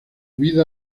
vida